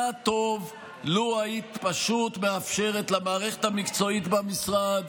היה טוב לו היית פשוט מאפשרת למערכת המקצועית במשרד